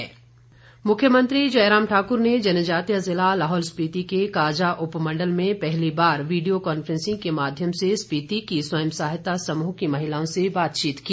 video conference मुख्यमंत्री जयराम ठाकुर ने जनजातीय जिला लाहौल स्पीति के काजा उपमंडल में पहली बार वीडियो कॉन्फ्रेंसिंग के माध्यम से स्पीति की स्वयं सहायता समूह की महिलाओं से बातचीत की